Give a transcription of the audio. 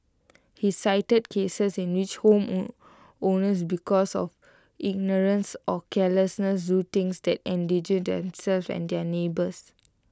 he cited cases in which homeowners because of ignorance or carelessness do things that endanger themselves and their neighbours